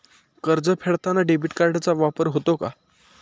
कर्ज फेडताना डेबिट कार्डचा वापर होतो का?